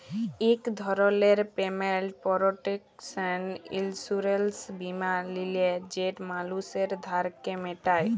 ইক ধরলের payment protection insurance বীমা লিলে যেট মালুসের ধারকে মিটায়